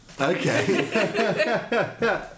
Okay